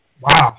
Wow